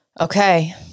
Okay